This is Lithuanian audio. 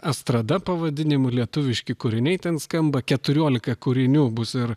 estrada pavadinimu lietuviški kūriniai ten skamba keturiolika kūrinių bus ir